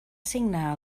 signar